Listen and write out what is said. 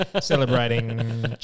celebrating